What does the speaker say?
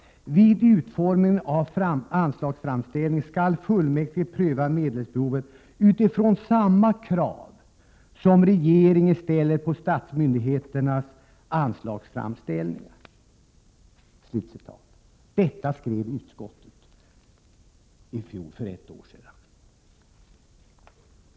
Vid utformningen av anslagsframställningen skall fullmäktige pröva medelsbehovet utifrån samma krav som regeringen ställer på statsmyndigheternas anslagsframställningar.” Så löd utskottets skrivning för ett år sedan.